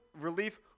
Relief